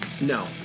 No